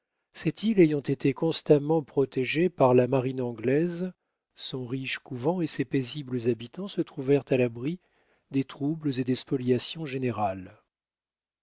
cette île ayant été constamment protégée par la marine anglaise son riche couvent et ses paisibles habitants se trouvèrent à l'abri des troubles et des spoliations générales